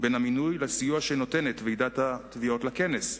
בין המינוי לסיוע שנותנת ועידת התביעות לכנס.